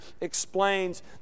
explains